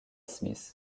smith